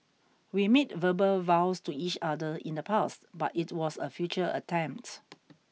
we made verbal vows to each other in the past but it was a future attempt